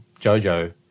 JoJo